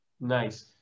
Nice